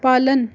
पालन